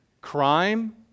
crime